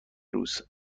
روز